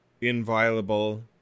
inviolable